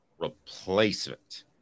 replacement